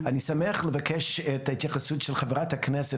אני שמח לבקש את ההתייחסות של חברת הכנסת,